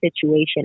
situation